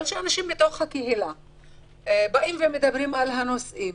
אבל כשאנשים בתוך הקהילה מדברים על הנושאים